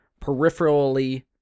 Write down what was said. peripherally